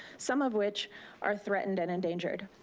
some of which are threatened and endangered.